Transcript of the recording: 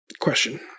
question